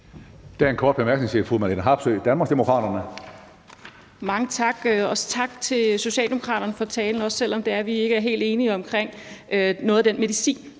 Mange tak, og også tak til Socialdemokraterne for talen – også selv om vi ikke er helt enige om noget af den medicin,